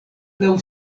laŭ